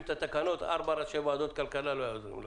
את התקנות ארבע ראשי ועדות כלכלה לא יעזרו לך.